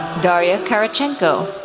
darya kyrychenko,